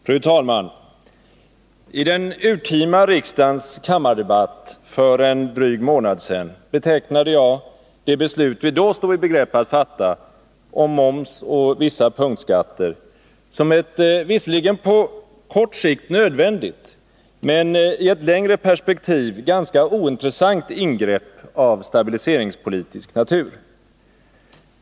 Fru talman! I kammardebatten under det urtima riksmötet för drygt en månad sedan betecknade jag det beslut vi då stod i begrepp att fatta — om moms och vissa punktskatter — som ett visserligen på kort sikt nödvändigt men i ett längre perspektiv ganska ointressant ingrepp av stabiliseringspolitisk natur.